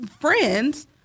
friends